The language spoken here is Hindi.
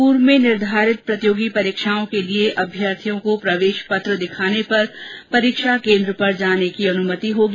पूर्व में निर्धारित प्रतियोगी परीक्षाओं के लिए अभ्यर्थियों को प्रवेश पत्र दिखाने पर परीक्षा केन्द्र पर आवागमने की अनुमति होगी